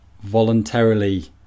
voluntarily